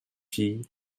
fille